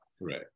Right